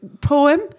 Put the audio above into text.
poem